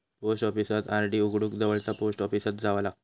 post ऑफिसात RD उघडूक जवळचा पोस्ट ऑफिसात जावा लागता